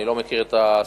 אני לא מכיר את הסיפור.